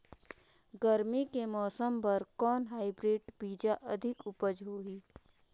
गरमी के मौसम बर कौन हाईब्रिड बीजा अधिक उपज होही?